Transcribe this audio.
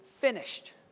Finished